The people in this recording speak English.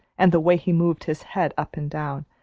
and the way he moved his head up and down,